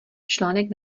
článek